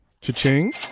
Cha-ching